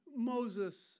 Moses